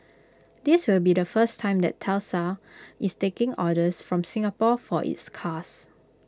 this will be the first time that Tesla is taking orders from Singapore for its cars